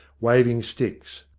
waving sticks.